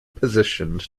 positioned